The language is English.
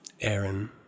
Aaron